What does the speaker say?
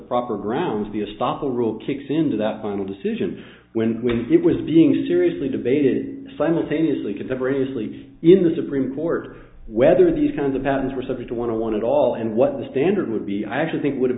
proper grounds be a starter rule kicks in to that final decision when it was being seriously debated simultaneously contemporaneously in the supreme court whether these kinds of patents were subject to want to want it all and what the standard would be i actually think would have